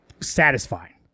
satisfying